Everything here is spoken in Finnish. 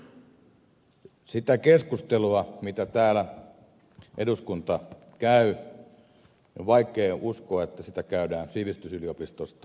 siitä keskustelusta mitä täällä eduskunta käy on vaikea uskoa että sitä käydään sivistysyliopistosta